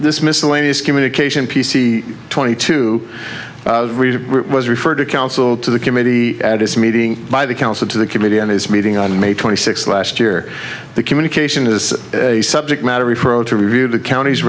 this miscellaneous communication p c twenty two was referred to counsel to the committee at its meeting by the counsel to the committee and his meeting on may twenty sixth last year the communication is a subject matter repro to review the count